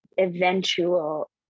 eventual